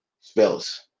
spells